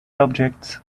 objects